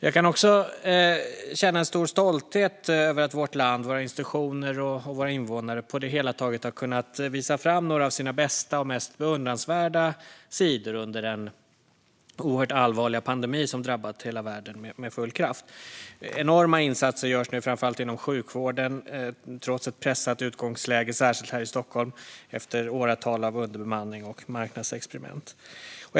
Jag kan också känna stor stolthet över att vårt land, våra institutioner och våra invånare på det hela taget har kunnat visa några av sina bästa och mest beundransvärda sidor under den oerhört allvarliga pandemi som drabbat hela världen med full kraft. Enorma insatser görs nu framför allt inom sjukvården trots ett pressat utgångsläge, särskilt här i Stockholm efter åratal av underbemanning och marknadsexperiment.